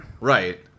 Right